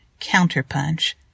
Counterpunch